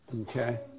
Okay